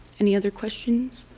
any other questions?